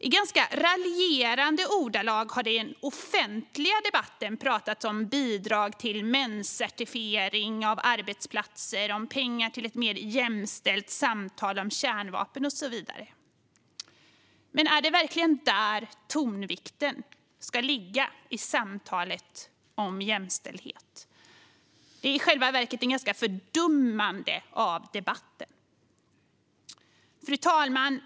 I ganska raljerande ordalag har det i den offentliga debatten pratats om bidrag till menscertifiering av arbetsplatser, pengar till ett mer jämställt samtal om kärnvapen och så vidare. Är det verkligen där tonvikten i samtalet om jämställdhet ska ligga? Det är i själva verket ett fördummande av debatten. Fru talman!